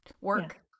work